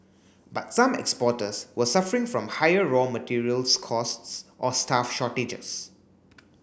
but some exporters were suffering from higher raw materials costs or staff shortages